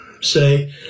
say